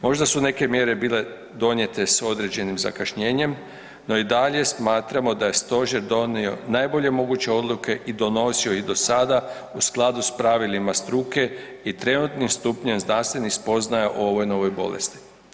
Možda su neke mjere bile donijete s određenim zakašnjenjem, no i dalje smatramo da je stožer donio najbolje moguće odluke i donosio ih do sada u skladu s pravilima struke i trenutnim stupnjem znanstvenih spoznaja o ovoj novoj bolesti.